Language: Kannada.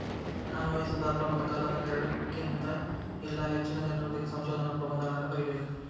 ಅನ್ವಯಿಸೊದಾದ್ರ ಒಂದ ಕಾಲದಾಗ ಎರಡಕ್ಕಿನ್ತ ಇಲ್ಲಾ ಹೆಚ್ಚಿನ ಜನರೊಂದಿಗೆ ಸಂಶೋಧನಾ ಪ್ರಬಂಧಗಳನ್ನ ಬರಿಬೇಕ್